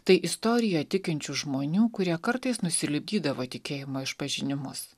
tai istorija tikinčių žmonių kurie kartais nusilipdydavo tikėjimo išpažinimus